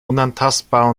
unantastbar